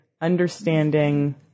understanding